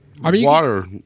water